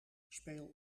speel